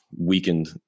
weakened